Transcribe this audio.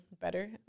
better